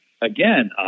Again